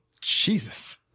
Jesus